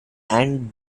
and